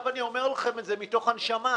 אני אומר לכם את זה מתוך הנשמה.